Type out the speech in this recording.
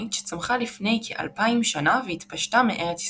אברהמית שצמחה לפני כ-2,000 שנה והתפשטה מארץ ישראל.